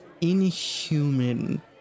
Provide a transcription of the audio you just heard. inhuman